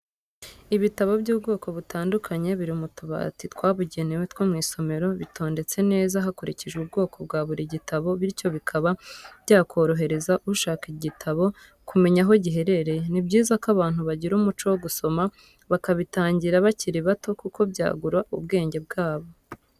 Ibitabo by'ubwoko butandukanye biri mu tubati twabugenewe two mw'isomero, bitondetse neza hakurikijwe ubwo bwa buri gitabo bityo bikaba byakorohereza ushaka igitabo kumenya aho giherereye, ni byiza ko abantu bagira umuco wo gusoma bakabitangira bakiri bato kuko byagura ubwenge bwabo.